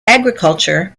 agriculture